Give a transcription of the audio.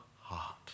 heart